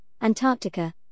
Antarctica